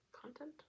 content